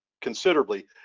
considerably